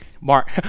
Mark